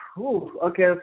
Okay